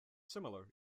similar